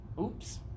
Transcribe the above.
oops